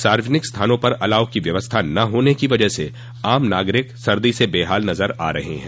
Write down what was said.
सार्वजनिक स्थानों पर अलाव की व्यवस्था न होने की वजह से आम नागरिक सर्दी से बेहाल नज़र आ रहे हैं